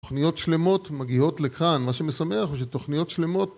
תוכניות שלמות מגיעות לכאן, מה שמשמח הוא שתוכניות שלמות...